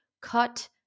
cut